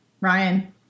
Ryan